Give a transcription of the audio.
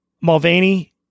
Mulvaney